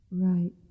Right